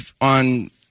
on